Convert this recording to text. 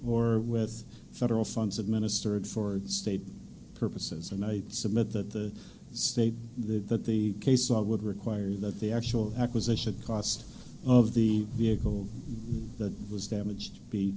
or with federal funds administered for state purposes and i submit that the state did that the case i would require that the actual acquisition cost of the vehicle that was damaged be